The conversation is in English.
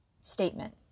statement